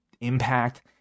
Impact